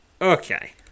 Okay